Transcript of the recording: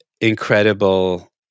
incredible